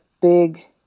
big